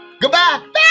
Goodbye